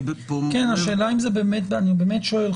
אני באמת שואל,